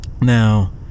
now